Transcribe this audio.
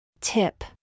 Tip